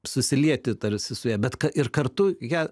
susilieti tarsi su ja bet ka ir kartu ją